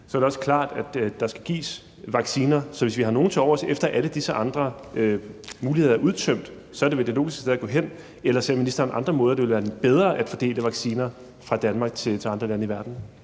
så er det også klart, at der skal gives vacciner, så hvis vi har nogen til overs, efter alle disse andre muligheder er udtømt, er det vel det logiske sted at gå hen, eller ser ministeren andre måder, det ville være bedre at fordele vacciner fra Danmark til andre lande i verden